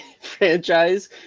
franchise